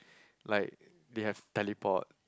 like they have teleport